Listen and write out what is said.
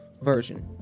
version